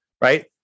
right